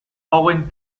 owen